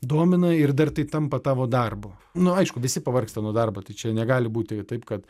domina ir dar tai tampa tavo darbu nu aišku visi pavargsta nuo darbo tai čia negali būti taip kad